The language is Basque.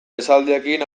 esaldiekin